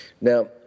Now